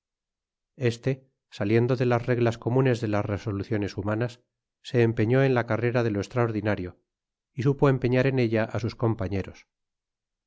este saliendo de las reglas comunes de las resoluciones humanas se empeñó en la carrera de lo estraordinario y supo empeñar en ella sus compañeros